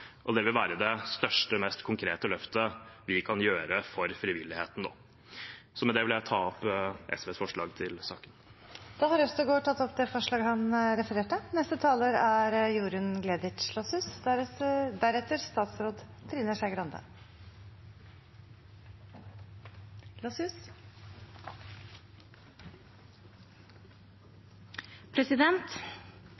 og det vil være det største, mest konkrete løftet vi kan gjøre for frivilligheten nå. Med det vil jeg ta opp SVs forslag i saken. Representanten Freddy André Øvstegård har tatt opp det forslaget han refererte